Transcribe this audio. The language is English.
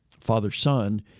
father-son